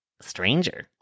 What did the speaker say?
stranger